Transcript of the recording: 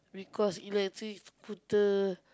because electric scooter